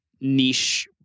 niche